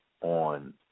on